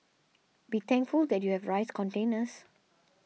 be thankful that you have rice containers